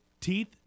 teeth